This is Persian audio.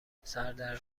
سردرگم